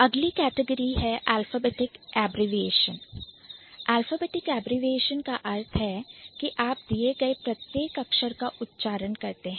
अगली category है Alphabetic Abbreviation Alphabetic Abbreviation का अर्थ है कि आप दिए गए प्रत्येक अक्षर का उच्चारण करते हैं